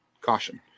caution